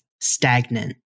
stagnant